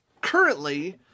currently